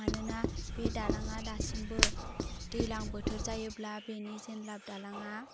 मानोना बे दालाङा दासिमबो दैलां बोथोर जायोब्ला बेनि जेनलाब दालाङा